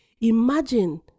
Imagine